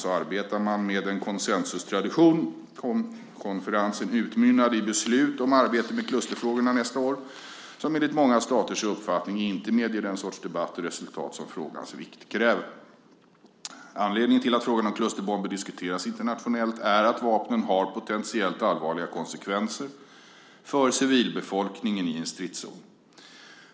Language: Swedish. I CCW arbetar man med en konsensustradition. Konferensen utmynnade i beslut om arbetet med klusterfrågorna nästa år som enligt många staters uppfattning inte medger den sorts debatt och resultat som frågans vikt kräver. Anledningen till att frågan om klusterbomber diskuteras internationellt är att vapnen har potentiellt allvarliga konsekvenser för civilbefolkningen i en stridszon.